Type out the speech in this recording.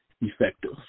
effective